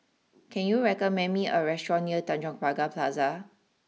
can you recommend me a restaurant near Tanjong Pagar Plaza